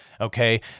Okay